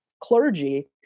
clergy